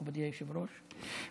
מכובדי היושב-ראש,